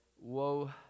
Whoa